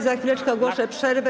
Za chwileczkę ogłoszę przerwę.